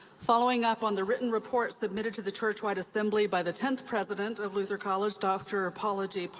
following up on the written report submitted to the churchwide assembly by the tenth president of luther college, dr. ah paula j.